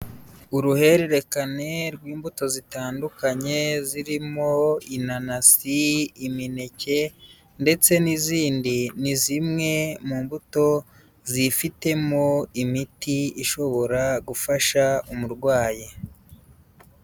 Uruhererekane rw'imbuto zitandukanye, zirimo inanasi, imineke ndetse n'izindi, ni zimwe mu mbuto zifitemo imiti ishobora gufasha umurwayi.